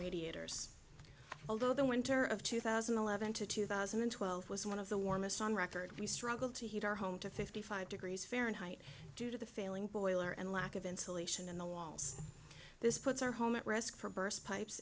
radiators although the winter of two thousand and eleven to two thousand and twelve was one of the warmest on record we struggle to heat our home to fifty five degrees fahrenheit due to the failing boiler and lack of insulation in the walls this puts our home at risk for